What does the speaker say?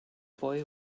boy